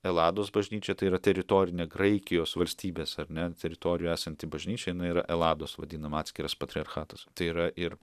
elados bažnyčia tai yra teritorinė graikijos valstybės ar ne teritorijoje esanti bažnyčia yra elados vadinama atskiras patriarchatas tai yra ir